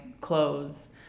clothes